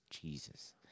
Jesus